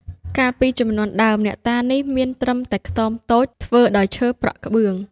កាលពីជំនាន់ដើម អ្នកតានេះមានត្រឹមតែខ្ទមតូច ធ្វើដោយឈើប្រក់ក្បឿង ។